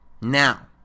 now